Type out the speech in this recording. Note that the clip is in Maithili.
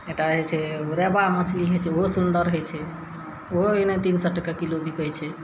एकटा हइ छै रेबा मछली हइ छै ओहो सुन्दर होइ छै ओहो एहने तीन सए टके किलो बिकै छै